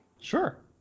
Sure